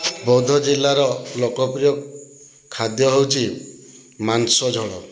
ବୌଦ୍ଧଜିଲ୍ଲାର ଲୋକପ୍ରିୟ ଖାଦ୍ୟ ହେଉଛି ମାଂସଝୋଳ